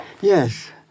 Yes